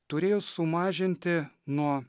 turėjo sumažinti nuo